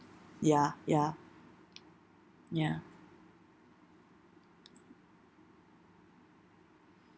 ya ya ya